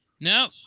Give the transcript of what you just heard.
No